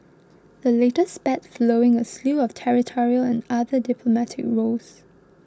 the latest spat flowing a slew of territorial and other diplomatic rows